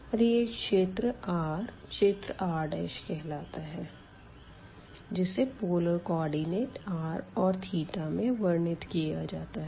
और यह क्षेत्र R क्षेत्र R कहलाता है जिसे पोलर कोऑर्डिनेट r और में वर्णित किया जाता है